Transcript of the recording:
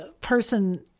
person